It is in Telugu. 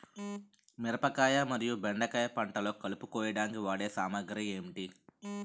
మిరపకాయ మరియు బెండకాయ పంటలో కలుపు కోయడానికి వాడే సామాగ్రి ఏమిటి?